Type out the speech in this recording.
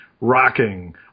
rocking